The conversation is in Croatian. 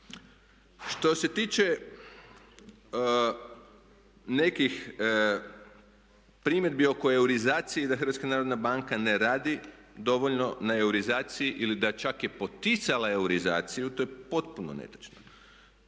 Što se tiče nekih primjedbi oko eurizacije i da HNB ne radi dovoljno na eurizaciji ili da čak je poticala eurizaciju to je potpuno netočno.